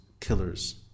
killers